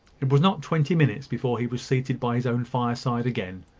it was not twenty minutes before he was seated by his own fireside again.